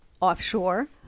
offshore